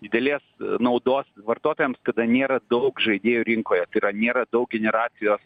didelės naudos vartotojams kada nėra daug žaidėjų rinkoje tai yra nėra daug generacijos